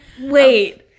Wait